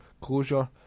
closure